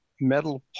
metal